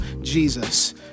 Jesus